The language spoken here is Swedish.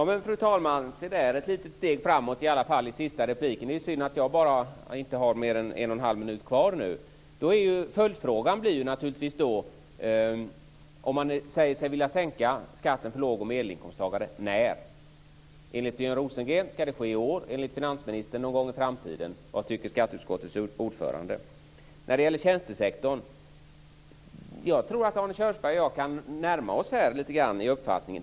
Fru talman! Se där ett litet steg framåt i alla fall i sista repliken. Det är synd att jag inte har mer än en och en halv minut kvar. Följdfrågan blir naturligtvis, om man säger sig vilja sänka skatten för låg och medelinkomsttagare: När? Enligt Björn Rosengren skall det ske i år, enligt finansministern någon gång i framtiden. Vad tycker skatteutskottets ordförande? Jag tror att Arne Kjörnsberg och jag kan närma oss lite grann när det gäller tjänstesektorn.